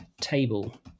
table